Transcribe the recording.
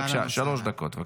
בבקשה, שלוש דקות.